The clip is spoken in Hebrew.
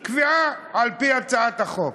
קביעה על-פי הצעת החוק.